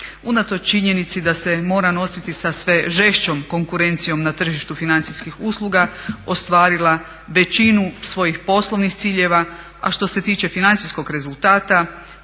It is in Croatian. unatoč činjenici da se mora nositi sa sve žešćom konkurencijom na tržištu financijskih usluga ostvarila većinu svojih poslovnih ciljeva, a što se tiče financijskog rezultata